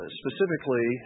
specifically